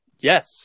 Yes